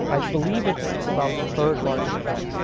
i believe it's it's about the third largest port.